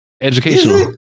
educational